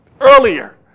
earlier